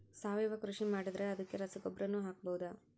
ಸಾವಯವ ಕೃಷಿ ಮಾಡದ್ರ ಅದಕ್ಕೆ ರಸಗೊಬ್ಬರನು ಹಾಕಬಹುದಾ?